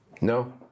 No